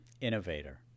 Innovator